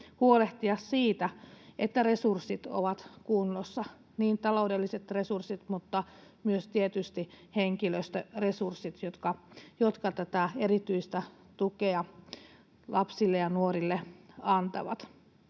huolehtia siitä, että resurssit ovat kunnossa, niin taloudelliset resurssit mutta myös tietysti henkilöstöresurssit, jotka tätä erityistä tukea lapsille ja nuorille antavat.